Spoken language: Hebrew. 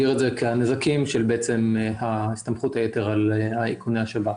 הנזקים של הסתמכות היתר על איכוני השב"כ.